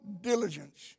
diligence